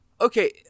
okay